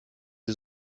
sie